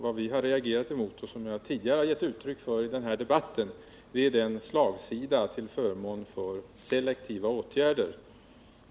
Vad vi har reagerat emot — vilket jag tidigare gett uttryck för i den här debatten — är slagsidan till förmån för selektiva åtgärder.